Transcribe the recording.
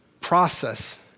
process